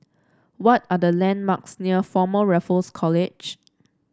what are the landmarks near Former Raffles College